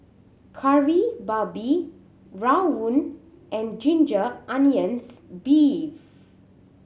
Kari Babi rawon and ginger onions beef